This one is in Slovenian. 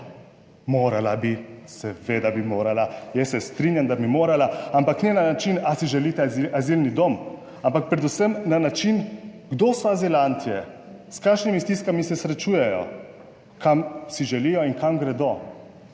morala bi, seveda bi morala. Jaz se strinjam, da bi morala, ampak ne na način, ali si želite azilni dom? Ampak predvsem na način, kdo so azilanti, s kakšnimi stiskami se srečujejo, kam si želijo in kam gredo.